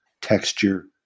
texture